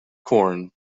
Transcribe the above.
corn